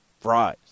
fries